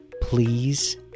Please